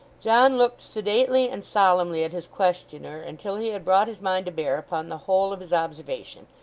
john looked sedately and solemnly at his questioner until he had brought his mind to bear upon the whole of his observation,